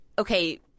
Okay